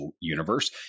universe